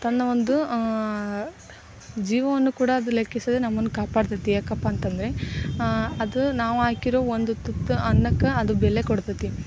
ತನ್ನ ಒಂದು ಜೀವವನ್ನು ಕೂಡ ಅದು ಲೆಕ್ಕಿಸದೆ ನಮ್ಮನ್ನು ಕಾಪಾಡ್ತೈತೆ ಯಾಕಪ್ಪ ಅಂತಂದರೆ ಅದು ನಾವಾಕಿರೊ ಒಂದು ತುತ್ತು ಅನ್ನಕ್ಕೆ ಅದು ಬೆಲೆ ಕೊಡ್ತೈತೆ